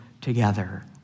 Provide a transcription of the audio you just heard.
together